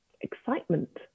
excitement